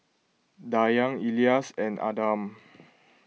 Dayang Elyas and Adam